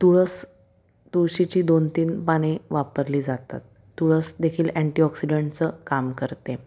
तुळस तुळशीची दोन तीन पाने वापरली जातात तुळसदेखील अँटीऑक्सिडंटचं काम करते